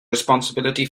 responsibility